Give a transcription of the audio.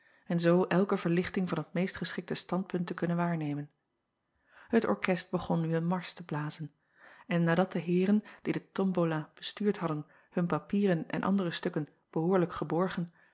en zoo elke verlichting van het meest geschikte standpunt te kunnen waarnemen et orkest begon nu een marsch te blazen en acob van ennep laasje evenster delen nadat de eeren die de tombola bestuurd hadden hun papieren en andere stukken behoorlijk geborgen